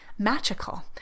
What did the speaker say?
Magical